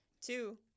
Two